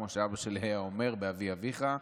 באבי-אביך,